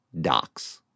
docs